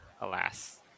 alas